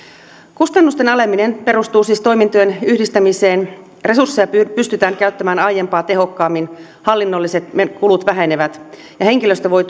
kustannusten aleneminen perustuu siis toimintojen yhdistämiseen resursseja pystytään käyttämään aiempaa tehokkaammin hallinnolliset kulut vähenevät ja henkilöstö voi